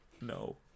No